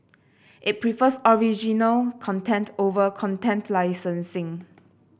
it prefers original content over content licensing